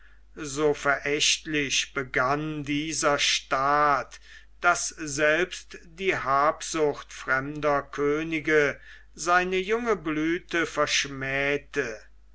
so verächtlich begann dieser staat daß selbst die habsucht fremder könige seine junge blüthe verschmähte